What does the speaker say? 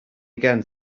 again